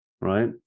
right